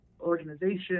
organization